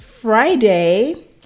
Friday